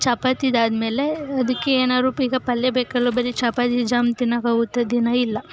ಚಪಾತಿದಾದ್ಮೇಲೆ ಅದಕ್ಕೆ ಏನಾದ್ರೂ ಈಗ ಪಲ್ಯ ಬೇಕಲ್ಲ ಬರೀ ಚಪಾತಿ ಜಾಮ್ ತಿನ್ನೋಕ್ಕಾಗುತ್ತಾ ದಿನ ಇಲ್ಲ